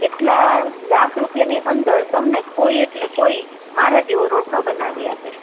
એટલા લાખ રૂપિયાની અંદર તમને કોઈ એટલે કોઈ મારા જેવો રોળ ન બનાવી આપે